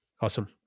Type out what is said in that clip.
Awesome